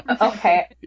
Okay